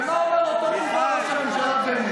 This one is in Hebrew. ומה אומר אותו בובה, ראש הממשלה בנט?